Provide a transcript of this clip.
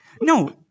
No